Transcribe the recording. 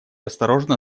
осторожно